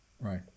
Right